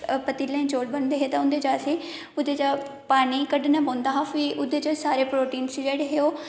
पतीले च चौल बनदे हे उंदे च अस ओहदे च पानी कड्ढना पौंदा हा फिर ओहदे च सारे प्रोटिन्स जेहडे़ हे